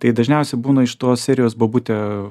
tai dažniausiai būna iš tos serijos bobutė